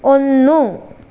ഒന്ന്